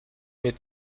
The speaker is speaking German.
mit